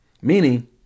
meaning